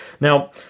Now